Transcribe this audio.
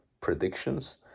predictions